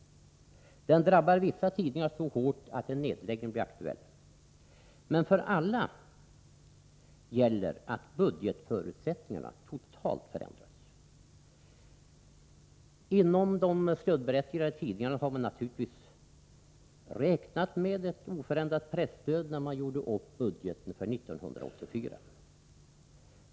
Den drabbar vissa tidningar så hårt att en nedläggning blir aktuell. Men för alla gäller att budgetförutsättningarna totalt förändras. Inom de stödberättigade tidningarna har man naturligtvis räknat med ett oförändrat presstöd när man gjort upp budgeten för 1984.